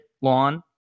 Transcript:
lawn